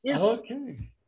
Okay